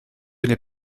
n’est